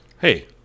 Hey